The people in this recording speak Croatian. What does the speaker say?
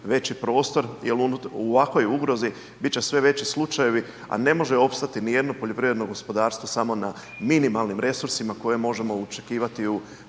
veći prostor jel u ovakvoj ugrozi bit će sve veći slučajevi, a ne može opstati nijedno poljoprivredno gospodarstvo samo na minimalnim resursima koje možemo očekivati u